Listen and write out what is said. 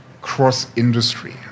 cross-industry